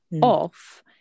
off